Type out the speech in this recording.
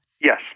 Yes